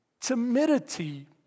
Timidity